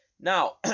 now